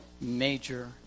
major